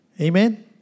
Amen